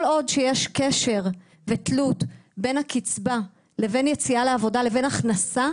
כל עוד שיש קשר ותלות בין הקצבה לבין יציאה לעבודה לבין הכנסה,